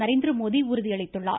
நரேந்திரமோடி உறுதியளித்துள்ளார்